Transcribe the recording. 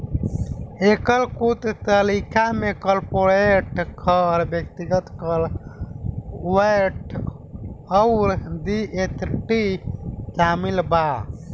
एकर कुछ तरीका में कॉर्पोरेट कर, व्यक्तिगत कर, बिक्री कर, वैट अउर जी.एस.टी शामिल बा